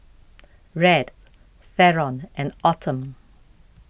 Red theron and Autumn